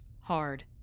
hard